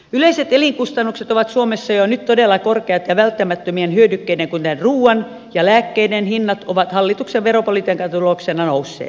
yleiset elinkustannukset ovat suomessa jo nyt todella korkeat ja välttämättömien hyödykkeiden kuten ruuan ja lääkkeiden hinnat ovat hallituksen veropolitiikan tuloksena nousseet